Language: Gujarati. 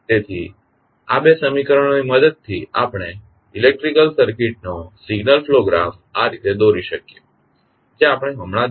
તેથી આ બે સમીકરણોની મદદથી આપણે ઇલેક્ટ્રિકલ સર્કિટ નો સિગ્નલ ફ્લો ગ્રાફ આ રીતે દોરી શકીએ જે આપણે હમણાં જ જોયું છે